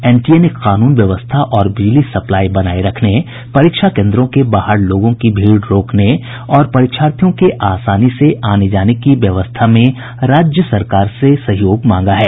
NTA ने कानून व्यवस्था और बिजली सप्लाई बनाये रखने परीक्षा केन्द्रों के बाहर लोगों की भीड़ रोकने और परीक्षार्थियों के आसानी से आने जाने की व्यवस्था में राज्य सरकारों से सहयोग मांगा है